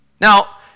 Now